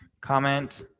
comment